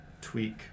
tweak